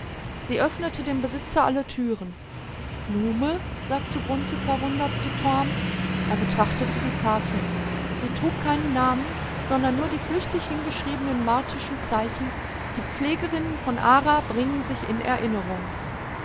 sie öffnete dem besitzer alle türen nume sagte grunthe verwundert zu torm er betrachtete die karte sie trug keinen namen sondern nur die flüchtig hingeschriebenen martischen zeichen die pflegerinnen von ara bringen sich in erinnerung